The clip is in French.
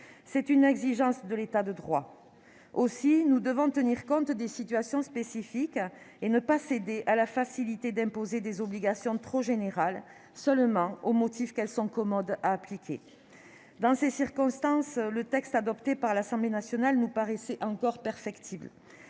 C'est une exigence de l'État de droit. Aussi, nous devons tenir compte des situations spécifiques et ne pas céder à la facilité d'imposer des obligations trop générales, au seul motif qu'elles sont commodes à appliquer. Dans ces circonstances, le texte adopté par l'Assemblée nationale nous paraissait encore perfectible.